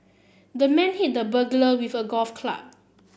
the man hit the burglar with a golf club